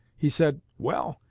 he said, well,